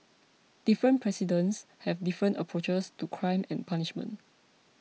different presidents have different approaches to crime and punishment